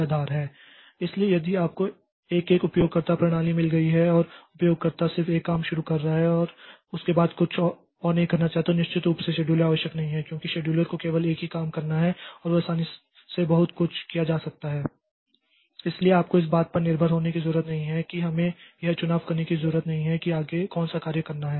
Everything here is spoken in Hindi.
इसलिए यदि आपको एक एक उपयोगकर्ता प्रणाली मिल गई है और उपयोगकर्ता सिर्फ एक काम कर रहा है और उसके बाद कुछ और नहीं करना है तो निश्चित रूप से शेड्यूलर आवश्यक नहीं है क्योंकि शेड्यूलर को केवल एक ही काम करना है और वह आसानी से बहुत कुछ किया जा सकता है इसलिए आपको इस बात पर निर्भर होने की जरूरत नहीं है कि हमें यह चुनाव करने की जरूरत नहीं है कि आगे कौन सा कार्य करना है